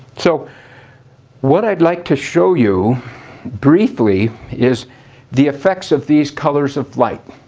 so what i'd like to show you briefly is the effects of these colors of light.